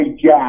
jack